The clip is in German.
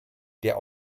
der